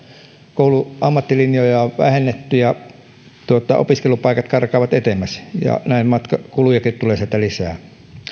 kouluja ammattilinjoja on vähennetty ja opiskelupaikat karkaavat etemmäs ja näin matkakulujakin tulee lisää